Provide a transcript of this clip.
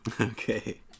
Okay